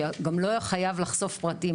שגם לא חייב לחשוף פרטים,